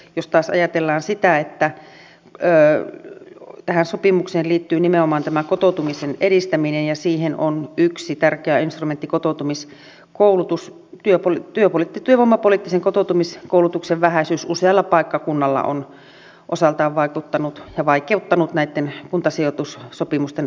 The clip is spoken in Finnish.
jos sitten taas ajatellaan sitä että tähän sopimukseen liittyy nimenomaan tämä kotoutumisen edistäminen ja siihen on yksi tärkeä instrumentti kotoutumiskoulutus niin työvoimapoliittisen kotoutumiskoulutuksen vähäisyys usealla paikkakunnalla on osaltaan vaikuttanut ja vaikeuttanut näitten kuntasijoitussopimusten aikaansaamista